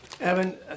Evan